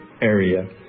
area